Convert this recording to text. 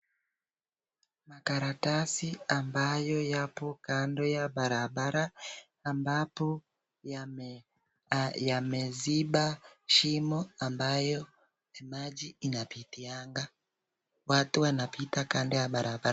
Makaratasi ambayo yapo kando ya barabara ambapo yameziba shimo ambayo maji inapitiaga. Watu wanapita kando ya barabara.